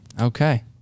Okay